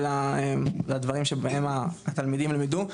והדברים שבהם התלמידים ילמדו.